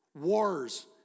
Wars